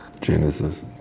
Genesis